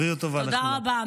תודה רבה.